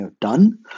done